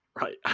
right